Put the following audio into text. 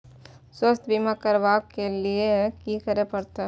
स्वास्थ्य बीमा करबाब के लीये की करै परतै?